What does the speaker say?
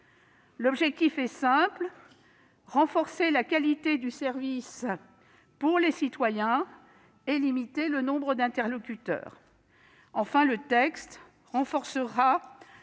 L'objectif est simple : renforcer la qualité de service pour les citoyens et limiter le nombre d'interlocuteurs. Enfin, le texte renforcera